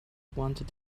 wanted